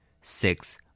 six